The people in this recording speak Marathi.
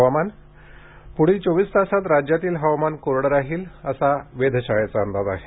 हुवामान पुढील चोवीस तासात राज्यातील हवामान कोरडं राहील असा वेधशाळेचा अंदाज आहे